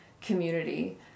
community